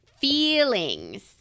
feelings